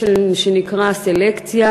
שנקרא סלקציה,